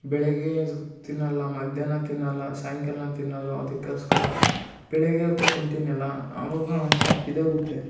ಬೆಳಗ್ಗೆ ತಿನ್ನೋಲ್ಲ ಮಧ್ಯಾಹ್ನ ತಿನ್ನೋಲ್ಲ ಸಾಯಂಕಾಲ ತಿನ್ನೋದು ಅದಕ್ಕೋಸ್ಕರ ಬೆಳಗ್ಗೆ ಹೊತ್ತು ತಿಂತೀನಲ್ಲ ಅವಾಗ ಒಂದು ಸಲ್ಪ ಇದಾಗುತ್ತೆ